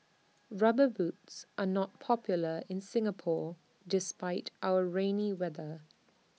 rubber boots are not popular in Singapore despite our rainy weather